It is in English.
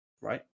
right